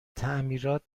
تعمیرات